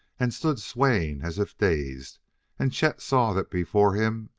and stood swaying as if dazed and chet saw that before him,